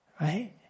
right